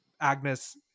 agnes